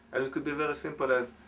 ah it could be very simple as,